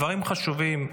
דברים חשובים.